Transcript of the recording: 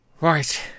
Right